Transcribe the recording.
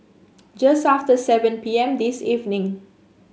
just after seven P M this evening